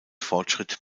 fortschritt